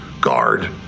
Guard